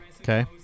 Okay